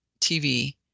TV